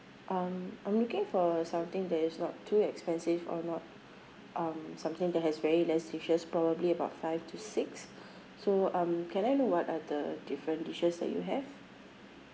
um I'm looking for something that is not too expensive or not um something that has very less dishes probably about five to six so um can I know what are the different dishes that you have